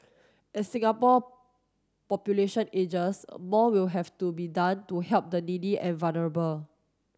as Singapore population ages more will have to be done to help the needy and vulnerable